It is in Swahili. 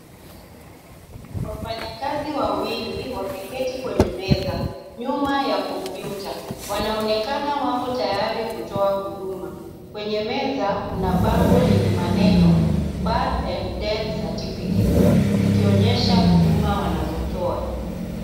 Wafanyakazi wawili wameketi kwenye meza, nyuma ya kompyuta. Wanaonekana wako tayari kutoa huduma. Kwenye meza, kuna bango lenye maneno birth and death certificates , ikionyesha huduma wanazotoa.